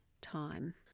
time